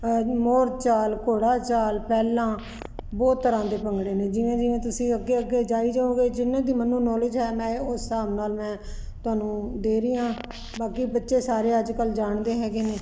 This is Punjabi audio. ਮੋਰ ਚਾਲ ਘੋੜਾ ਜਾਲ ਪਹਿਲਾਂ ਬਹੁਤ ਤਰ੍ਹਾਂ ਦੇ ਭੰਗੜੇ ਨੇ ਜਿਵੇਂ ਜਿਵੇਂ ਤੁਸੀਂ ਅੱਗੇ ਅੱਗੇ ਜਾਈ ਜਾਓਗੇ ਜਿਨਾਂ ਦੀ ਮੈਨੂੰ ਨੋਲੇਜ ਹੈ ਮੈਂ ਉਸ ਹਿਸਾਬ ਨਾਲ ਮੈਂ ਤੁਹਾਨੂੰ ਦੇ ਰਹੀ ਆਂ ਬਾਕੀ ਬੱਚੇ ਸਾਰੇ ਅੱਜ ਕੱਲ ਜਾਣਦੇ ਹੈਗੇ ਨੇ ਮੈਨੂੰ ਤਾਂ